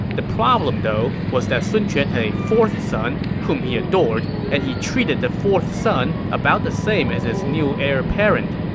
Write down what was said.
the problem, though, was that sun quan had a fourth son whom he adored, and he treated the fourth son about the same as his new heir apparent.